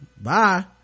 bye